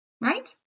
right